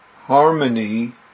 Harmony